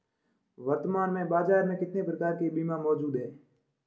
वर्तमान में बाज़ार में कितने प्रकार के बीमा मौजूद हैं?